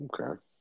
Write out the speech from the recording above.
Okay